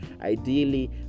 ideally